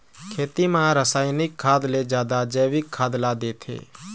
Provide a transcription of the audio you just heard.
खेती म रसायनिक खाद ले जादा जैविक खाद ला देथे